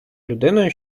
людиною